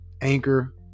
anchor